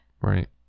Right